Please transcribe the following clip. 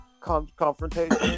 confrontation